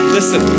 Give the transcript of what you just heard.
Listen